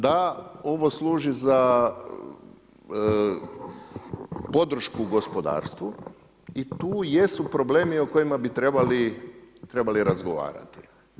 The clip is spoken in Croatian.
Da, ovo služi za podršku gospodarstvu i tu jesu problemi o kojima bi trebali razgovarati.